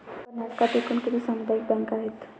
कर्नाटकात एकूण किती सामुदायिक बँका आहेत?